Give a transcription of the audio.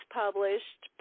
published